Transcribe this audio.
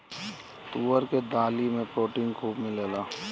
तुअर के दाली में प्रोटीन खूब मिलेला